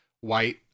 white